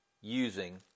using